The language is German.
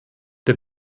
der